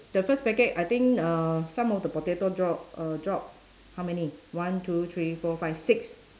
the first packet I think uh some of the potato drop uh drop how many one two three four five six